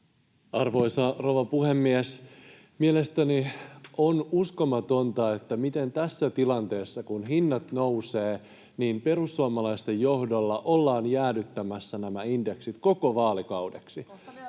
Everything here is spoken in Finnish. Arvoisa rouva puhemies! Mielestäni on uskomatonta, miten tässä tilanteessa, kun hinnat nousevat, perussuomalaisten johdolla ollaan jäädyttämässä nämä indeksit koko vaalikaudeksi.